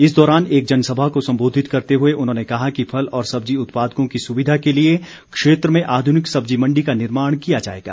इस दौरान एक जनसभा को संबोधित करते हुए उन्होंने कहा कि फल और सब्जी उत्पादकों की सुविधा के लिए क्षेत्र में आध्निक सब्जी मण्डी का निर्माण किया जाएगा